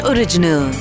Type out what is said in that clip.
Original